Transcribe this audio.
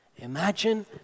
imagine